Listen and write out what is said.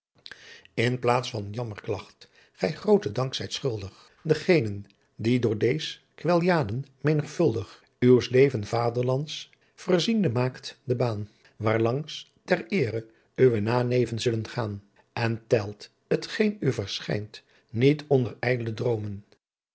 in plaats van jammerklaght ghy grooten dank zijt schuldigh den geenen die door deez quellaadjen menigvuldigh uws lieven vaderlandts verr ziende maakt de baan waar lanks ter eere uw naaneeven zullen gaan en telt t geen u verschijnt niet onder ydle droomen